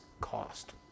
cost